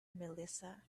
melissa